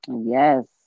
Yes